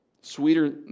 sweeter